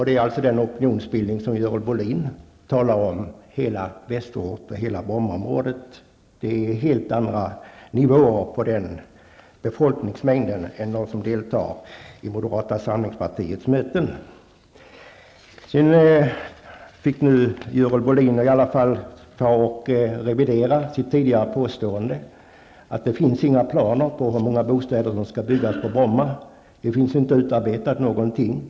Det är alltså den opinionsbildning som Görel Bohlin talar om när hon säger hela västerort och hela Brommaområdet. Det är helt andra nivåer på den befolkningsmängden än det antal som deltar i moderata samlingspartiets möten. Sedan fick Görel Bohlin revidera sitt tidigare påstående om att det inte finns några planer på hur många bostäder som skall byggas på Bromma, att det inte finns någonting utarbetat.